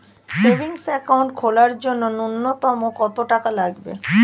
Savings account খোলার জন্য নূন্যতম কত টাকা লাগবে?